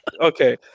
Okay